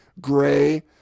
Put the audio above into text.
gray